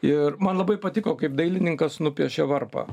ir man labai patiko kaip dailininkas nupiešė varpą